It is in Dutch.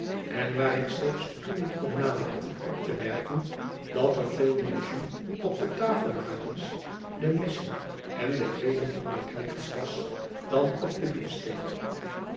en waar ik zelfs toen niet kon nalaten op te merken dat er veel meer jus op de tafellakens de messen en de kleeren der knechts was dan op de beefsteak